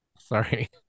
sorry